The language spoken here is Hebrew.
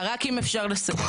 רק אם אפשר לסיים.